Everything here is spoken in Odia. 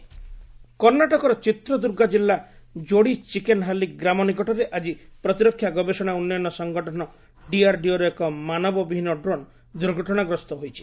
କର୍ଣ୍ଣାଟକ ଡିଆର୍ଡିଓ କର୍ଷ୍ଣାଟକର ଚିତ୍ର ଦୁର୍ଗା ଜିଲ୍ଲା ଯୋଡ଼ି ଚିକେନ୍ହାଲି ଗ୍ରାମ ନିକଟରେ ଆଜି ପ୍ରତିରକ୍ଷା ଗବେଷଣା ଉନ୍ନୟନ ସଂଗଠନ ଡିଆର୍ଡିଓର ଏକ ମାନବବିହୀନ ଡ୍ରୋନ୍ ଦୁର୍ଘଟଣା ଗ୍ରସ ହୋଇଛି